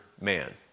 man